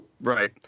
Right